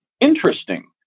Interesting